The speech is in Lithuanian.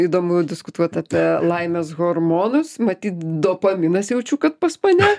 įdomu diskutuot apie laimės hormonus matyt dopaminas jaučiu kad pas mane